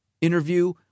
interview